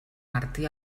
martí